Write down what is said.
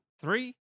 Three